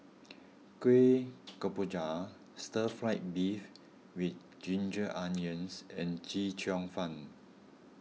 Kuih Kemboja Stir Fried Beef with Ginger Onions and Chee Cheong Fun